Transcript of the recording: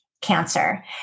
Cancer